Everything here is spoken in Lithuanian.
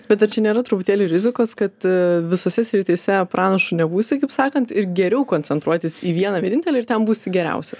bet ar čia nėra truputėlį rizikos kad visose srityse pranašu nebūsi kaip sakant ir geriau koncentruotis į vieną vienintelį ir ten būsi geriausias